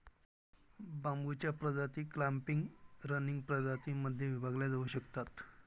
बांबूच्या प्रजाती clumping, running प्रजातीं मध्ये विभागल्या जाऊ शकतात